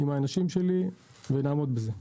עם האנשים שלי ונעמוד בזה.